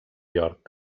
york